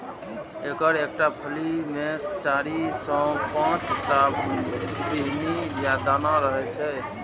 एकर एकटा फली मे चारि सं पांच टा बीहनि या दाना रहै छै